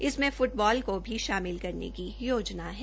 इसमें फुटबॉल को भी शामिल करने की योजना है